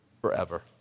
forever